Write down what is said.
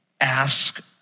ask